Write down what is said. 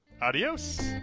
adios